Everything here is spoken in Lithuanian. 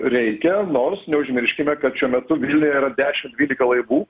reikia nors neužmirškime kad šiuo metu yra dešimt dvylika laivų